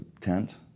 tent